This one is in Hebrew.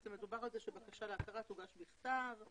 בעצם מדובר על כך שבקשה להכרה תוגש בכתב,